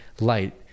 light